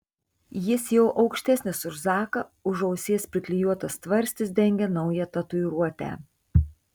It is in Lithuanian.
jis jau aukštesnis už zaką už ausies priklijuotas tvarstis dengia naują tatuiruotę